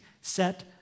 set